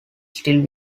still